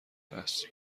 اصل